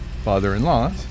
father-in-law